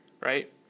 right